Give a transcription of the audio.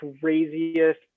craziest